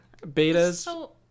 betas